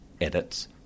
edits